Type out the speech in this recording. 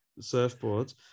surfboards